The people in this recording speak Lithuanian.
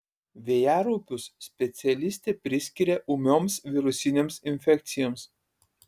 vėjaraupius specialistė priskiria ūmioms virusinėms infekcijoms